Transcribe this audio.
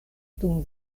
dum